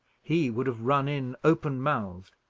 he would have run in open-mouthed.